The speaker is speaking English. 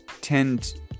tend